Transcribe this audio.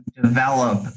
develop